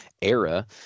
era